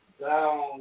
down